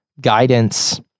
guidance